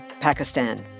Pakistan